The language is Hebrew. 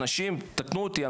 תקנו אותי,